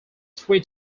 three